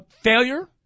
failure